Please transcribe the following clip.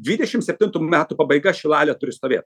dvidešim septintų metų pabaiga šilalė turi stovėt